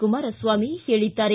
ಕುಮಾರಸ್ವಾಮಿ ಹೇಳಿದ್ದಾರೆ